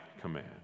command